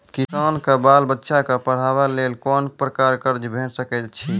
किसानक बाल बच्चाक पढ़वाक लेल कून प्रकारक कर्ज भेट सकैत अछि?